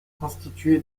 constitué